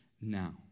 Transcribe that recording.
now